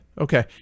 Okay